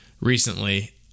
recently